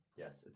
Yes